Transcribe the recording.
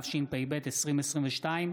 התשפ"ב 2022,